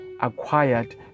acquired